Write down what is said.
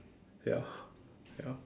ya ya